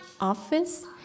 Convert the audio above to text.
office